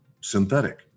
synthetic